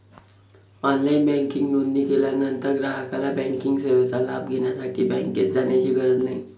online banking नोंदणी केल्यानंतर ग्राहकाला बँकिंग सेवेचा लाभ घेण्यासाठी बँकेत जाण्याची गरज नाही